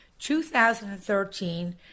2013